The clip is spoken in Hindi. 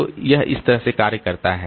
तो यह इस तरह से कार्य करता है